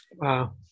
Wow